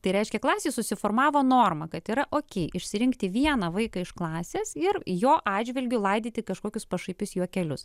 tai reiškia klasėj susiformavo norma kad yra okei išsirinkti vieną vaiką iš klasės ir jo atžvilgiu laidyti kažkokius pašaipius juokelius